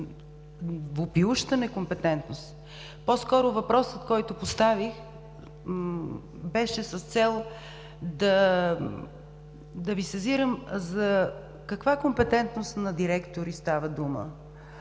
въпиеща некомпетентност. По-скоро въпросът, който поставих, беше с цел да Ви сезирам за каква компетентност на директори става дума.